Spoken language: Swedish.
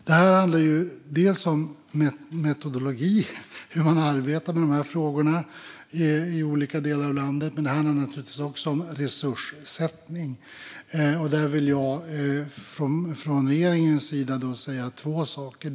Detta handlar om metodologi, hur man arbetar med dessa frågor i olika delar av landet, men det handlar naturligtvis också om resurssättning. Där vill jag från regeringens sida säger två saker.